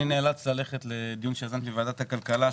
אני נאלץ ללכת לדיון שאני יזמתי בוועדת הכלכלה,